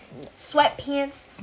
sweatpants